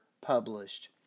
published